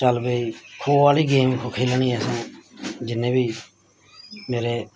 चल भाई खो आह्ली गेम खेलनी असें जिन्ने बी मेरे